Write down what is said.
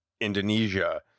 Indonesia